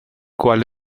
cual